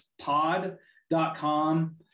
pod.com